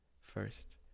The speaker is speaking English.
first